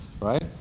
right